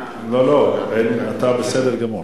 בסדר גמור.